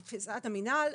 לתפיסת המינהל,